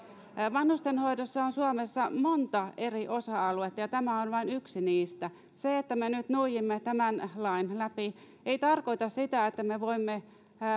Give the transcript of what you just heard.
vanhustenhoidossa on suomessa monta eri osa aluetta ja tämä on vain yksi niistä se että me nyt nuijimme tämän lain läpi ei tarkoita sitä että me voimme